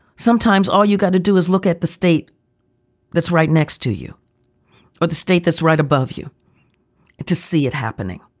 sometimes all you got to do is look at the state that's right next to you or the state that's right above you to see it happening.